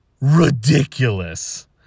ridiculous